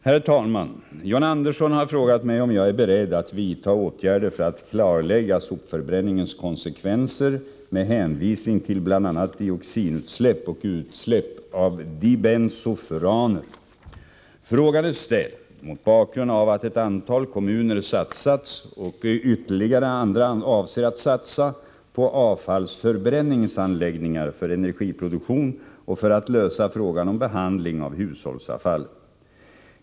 Herr talman! John Andersson har frågat mig om jag är beredd att vidta åtgärder för att klarlägga sopförbränningens konsekvenser med hänvisning till bl.a. dioxinutsläpp och utsläpp av dibensofuraner. Frågan är ställd mot bakgrund av att ett antal kommuner satsat och ytterligare andra avser att satsa på avfallsförbränningsanläggningar för energiproduktion och för att lösa frågan om behandling av hushållsavfallet.